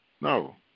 No